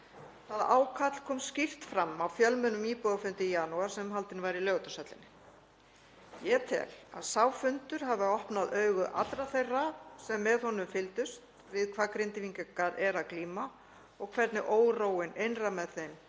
Það ákall kom skýrt fram á fjölmennum íbúafundi í janúar sem haldinn var í Laugardalshöllinni. Ég tel að sá fundur hafi opnað augu allra þeirra sem með honum fylgdust við hvað Grindvíkingar eru að glíma og hvernig óróinn innra með þeim